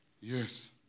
Yes